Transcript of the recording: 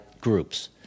groups